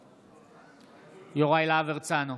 נגד יוראי להב הרצנו,